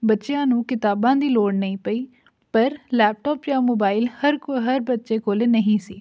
ਬੱਚਿਆਂ ਨੂੰ ਕਿਤਾਬਾਂ ਦੀ ਲੋੜ ਨਹੀਂ ਪਈ ਪਰ ਲੈਪਟੋਪ ਜਾਂ ਮੋਬਾਈਲ ਹਰ ਕ ਹਰ ਬੱਚੇ ਕੋਲ ਨਹੀਂ ਸੀ